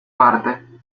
parte